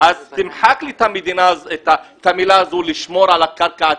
אז תמחק את המשפט "לשמור על הקרקע הציבורית".